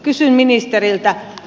kysyn ministeriltä